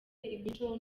imico